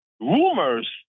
Rumors